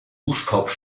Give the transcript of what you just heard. duschkopf